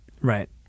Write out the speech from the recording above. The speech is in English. Right